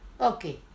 Okay